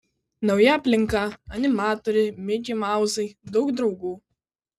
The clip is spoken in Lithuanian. nauja aplinka animatoriai mikimauzai daug draugų